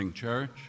church